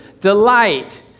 delight